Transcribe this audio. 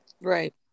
Right